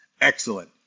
excellent